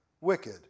wicked